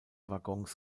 waggons